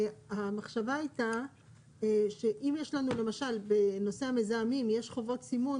המחשב הייתה שאם יש לנו למשל בנושא המזהמים יש חובות סימון